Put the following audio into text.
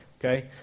okay